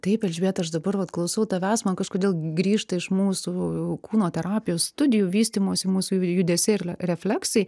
taip elžbieta aš dabar vat klausau tavęs man kažkodėl grįžta iš mūsų kūno terapijos studijų vystymosi mūsų judesiai ir refleksai